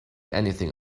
anything